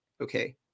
okay